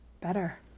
better